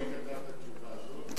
השר יכול לגלות מי כתב את התשובה הזאת?